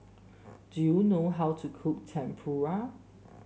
do you know how to cook Tempura